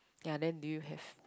ya then do you have